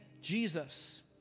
Jesus